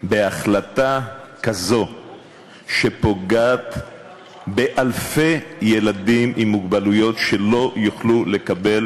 בהחלטה כזו שפוגעת באלפי ילדים עם מוגבלויות שלא יוכלו לקבל